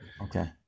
Okay